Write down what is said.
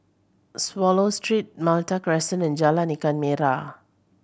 Swallow Street Malta Crescent and Jalan Ikan Merah